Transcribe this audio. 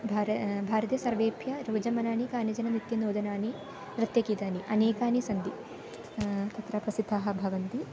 भारते भारते सर्वेभ्यः रोचमनानि कानिचन नित्यनूतनानि नृत्यगीतानि अनेकानि सन्ति तत्र प्रसिद्धाः भवन्ति